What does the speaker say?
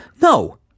No